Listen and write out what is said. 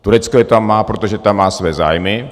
Turecko je tam má, protože tam má své zájmy.